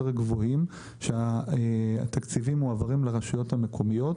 גבוהים שהתקציבים מועברים לרשויות המקומיות